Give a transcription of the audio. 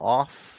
off